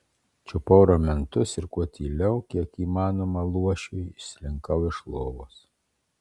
čiupau ramentus ir kuo tyliau kiek įmanoma luošiui išslinkau iš lovos